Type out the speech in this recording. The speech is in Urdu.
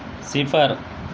صفر